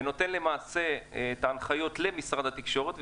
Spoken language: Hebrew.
ונותן את ההנחיות למשרד התקשורת,